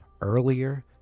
earlier